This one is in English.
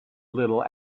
little